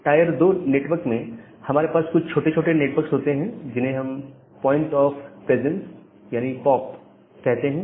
tyre 2 network में हमारे पास कुछ छोटे नेटवर्क्स होते हैं जिन्हें हम पॉइंट ऑफ प्रेजेंस यानी पॉप कहते हैं